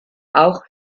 auch